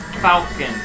falcon